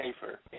safer